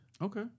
Okay